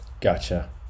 Gotcha